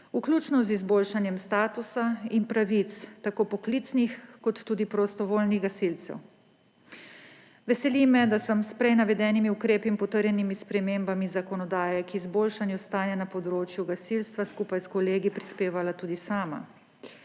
vključno z izboljšanjem statusa in pravic tako poklicnih kot tudi prostovoljnih gasilcev. Veseli me, da sem s prej navedenimi ukrepi in potrjenimi spremembami zakonodaje k izboljšanju stanja na področju gasilstva skupaj s kolegi prispevala tudi sama.